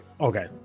okay